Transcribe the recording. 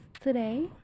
today